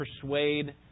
persuade